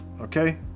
okay